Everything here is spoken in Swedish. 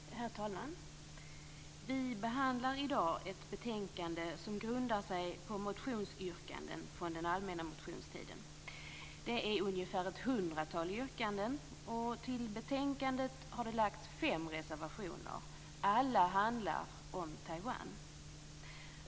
Herr talman! Vi behandlar i dag ett betänkande som grundar sig på motionsyrkanden från den allmänna motionstiden. Det är ungefär ett hundratal yrkanden. Till betänkandet har fogats fem reservationer. Alla handlar om Taiwan.